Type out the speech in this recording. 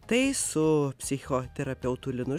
tai su psichoterapeutu linu